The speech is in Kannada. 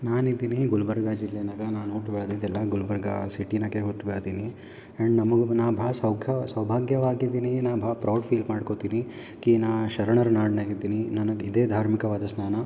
ನಾನಿದ್ದೀನಿ ಗುಲ್ಬರ್ಗ ಜಿಲ್ಲೆನಾಗ ನಾನು ಹುಟ್ಟಿ ಬೆಳೆದಿದ್ದೆಲ್ಲ ಗುಲ್ಬರ್ಗ ಸಿಟಿನ್ಯಾಗೆ ಹುಟ್ಟು ಬೆಳ್ದೀನಿ ಆ್ಯಂಡ್ ನಮಗೆ ನಾವು ಭಾಳ ಸುಖ ಸೌಭಾಗ್ಯವಾಗಿದ್ದೀನಿ ನಾನು ಭಾಳ ಪ್ರೌಡ್ ಫೀಲ್ ಮಾಡ್ಕೋತೀನಿ ಕೀನಾ ಶರಣರ ನಾಡಿನಾಗಿದ್ದೀನಿ ನನಗೆ ಇದೇ ಧಾರ್ಮಿಕವಾದ ಸ್ಥಾನ